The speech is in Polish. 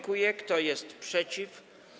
Kto jest przeciw?